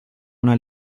una